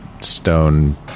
stone